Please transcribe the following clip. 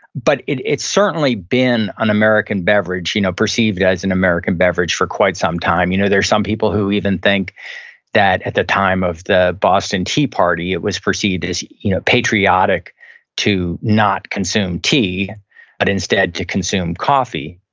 but it's certainly been an american beverage, you know perceived as an american beverage for quite some time. you know there are some people who even think that, at the time of the boston tea party, it was perceived as you know patriotic to not consume tea but instead to consume consume coffee.